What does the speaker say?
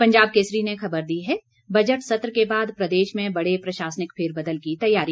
पंजाब केसरी ने खबर दी है बजट सत्र के बाद प्रदेश में बड़े प्रशासनिक फेरबलद की तैयारी